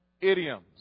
idioms